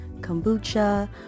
kombucha